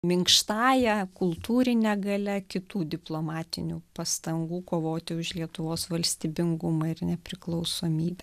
minkštąja kultūrine galia kitų diplomatinių pastangų kovoti už lietuvos valstybingumą ir nepriklausomybę